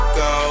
go